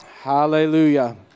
Hallelujah